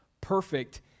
perfect